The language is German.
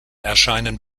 erscheinen